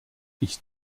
ich